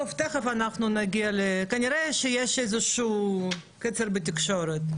כנראה שיש איזה שהוא קצר בתקשורת,